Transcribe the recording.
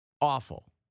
awful